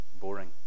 boring